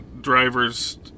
drivers